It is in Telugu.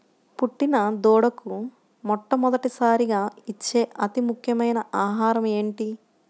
పుట్టిన దూడకు మొట్టమొదటిసారిగా ఇచ్చే అతి ముఖ్యమైన ఆహారము ఏంటి?